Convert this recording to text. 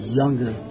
younger